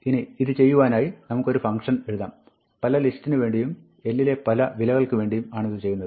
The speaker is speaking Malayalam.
ഇനി ഇത് ചെയ്യുവാനായി നമുക്കൊരു ഫംങ്ക്ഷൻ എഴുതാം പല ലിസ്റ്റിന് വേണ്ടിയും l ലെ പല വിലകൾക്ക് വേണ്ടിയും ആണിത് ചെയ്യുന്നത്